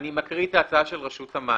אני מקריא את ההצעה של רשות המים.